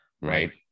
Right